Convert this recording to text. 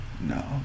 No